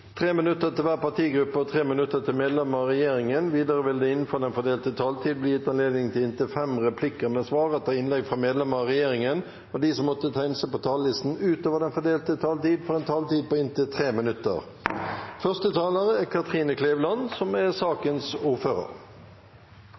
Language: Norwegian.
minutter til hver partigruppe og 3 minutter til medlemmer av regjeringen. Videre vil det – innenfor den fordelte taletid – bli gitt anledning til inntil fem replikker med svar etter innlegg fra medlemmer av regjeringen, og de som måtte tegne seg på talerlisten utover den fordelte taletid, får også en taletid på inntil 3 minutter. Først vil jeg få takke komiteen for godt samarbeid. Det er